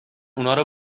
اونارو